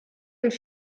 und